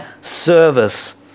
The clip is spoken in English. service